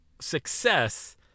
success